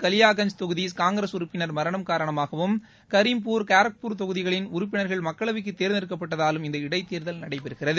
கலியாகஞ்ச் தொகுதி காங்கிரஸ் உறுப்பினர் மரணம் காரணமாகவும் கரீம்பூர் இவற்றில் காரக்பூர் தொகுதிகளின் உறுப்பினர்கள் மக்களவைக்கு தேர்ந்தெடுக்கப்பட்டதாலும் இந்த இடைத்தேர்தல் நடைபெறுகிறது